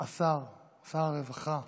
שר הרווחה